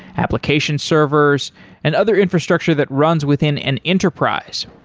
application servers and other infrastructure that runs within an enterprise.